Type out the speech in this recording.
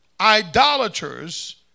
idolaters